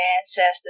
ancestors